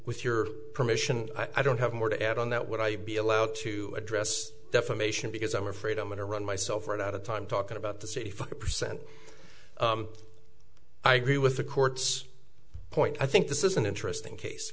with your permission i don't have more to add on that would i be allowed to address defamation because i'm afraid i'm going to run myself right out of time talking about the say four percent i agree with the court's point i think this is an interesting case